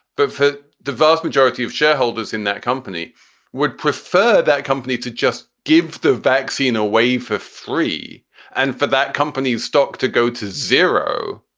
but the vast majority of shareholders in that company would prefer that company to just give the vaccine away for free and for that company's stock to go to zero.